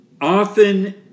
often